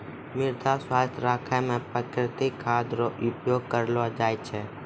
मृदा स्वास्थ्य राखै मे प्रकृतिक खाद रो उपयोग करलो जाय छै